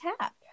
Tap